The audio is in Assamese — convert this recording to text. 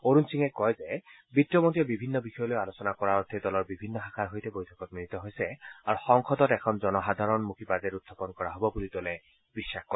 অৰুণ সিঙে কয় যে বিত্তমন্ত্ৰীয়ে বিভিন্ন বিষয় লৈ আলোচনা কৰাৰ অৰ্থে দলৰ বিভিন্ন শাখাৰ সৈতে বৈঠকত মিলিত হৈছে আৰু সংসদত এখন জনসাধাৰণমূখী বাজেট উখাপন কৰা হ'ব বুলি দলে বিশ্বাস কৰে